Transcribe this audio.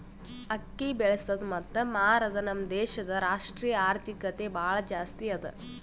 ಅಕ್ಕಿ ಬೆಳಸದ್ ಮತ್ತ ಮಾರದ್ ನಮ್ ದೇಶದ್ ರಾಷ್ಟ್ರೀಯ ಆರ್ಥಿಕತೆಗೆ ಭಾಳ ಜಾಸ್ತಿ ಅದಾ